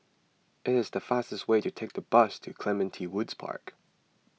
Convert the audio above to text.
it is faster to take the bus to Clementi Woods Park